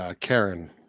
Karen